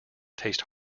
taste